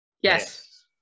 yes